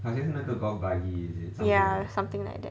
ya something like that